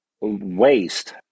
waste